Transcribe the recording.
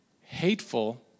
hateful